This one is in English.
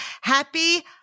Happy